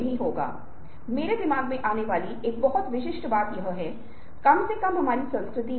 अब हेरफेर बहुत दिलचस्प क्षेत्र है क्योंकि हम बाद में चर्चा करेंगे